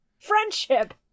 Friendship